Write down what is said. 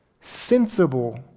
sensible